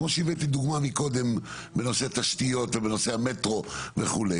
כמו שהבאתי דוגמה מקודם בנושא התשתיות ובנושא המטרו וכו',